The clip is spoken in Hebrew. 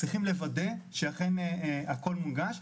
צריכים לוודא שהכול מונגש,